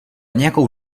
nějakou